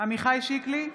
עמיחי שיקלי,